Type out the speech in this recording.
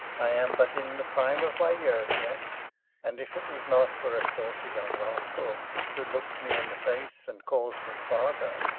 i am but in the prime of my years yet and if it was not for a saucy young rascal who looks me in the face and calls me father,